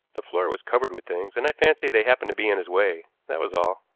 the floor was covered with things, and i fancy they happened to be in his way, that was all.